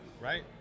Right